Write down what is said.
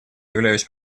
являюсь